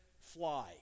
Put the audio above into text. fly